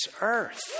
earth